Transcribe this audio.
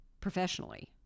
professionally